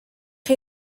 chi